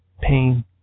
pain